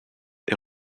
est